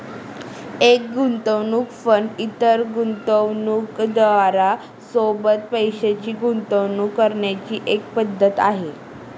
एक गुंतवणूक फंड इतर गुंतवणूकदारां सोबत पैशाची गुंतवणूक करण्याची एक पद्धत आहे